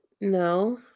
no